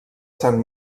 sant